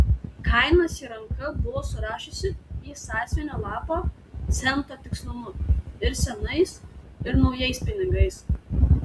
kainas ji ranka buvo surašiusi į sąsiuvinio lapą cento tikslumu ir senais ir naujais pinigais